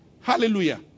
Hallelujah